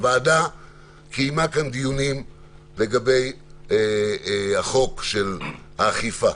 הוועדה קיימה כאן דיונים לגבי החוק של האכיפה,